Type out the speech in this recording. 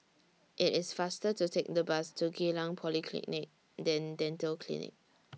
IT IS faster to Take The Bus to Geylang Polyclinic Then Dental Clinic